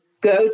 go